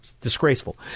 Disgraceful